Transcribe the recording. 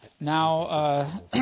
now